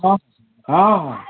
ହଁ ହଁ ହଁ